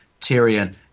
Tyrion